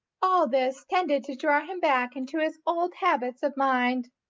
all this tended to draw him back into his old habits of mind.